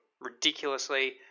ridiculously